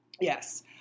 Yes